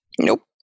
Nope